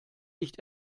nicht